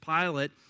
Pilate